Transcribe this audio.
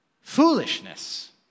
foolishness